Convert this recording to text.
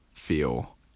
feel